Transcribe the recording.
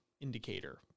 indicator